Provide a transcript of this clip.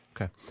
Okay